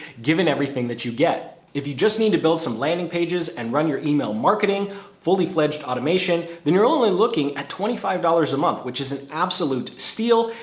given everything that you get. if you just need to build some landing pages and run your email marketing fully fledged automation, then you're only looking at twenty five dollars a month, which is an absolute steal.